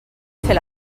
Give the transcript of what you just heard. fer